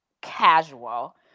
casual